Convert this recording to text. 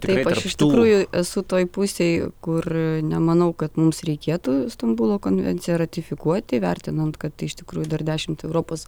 taip aš iš tikrųjų esu toj pusėj kur nemanau kad mums reikėtų stambulo konvenciją ratifikuoti įvertinant kad iš tikrųjų dar dešimt europos